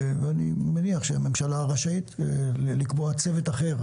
ואני מניח שהממשלה רשאית לקבוע צוות אחר,